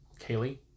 Kaylee